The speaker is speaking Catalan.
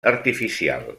artificial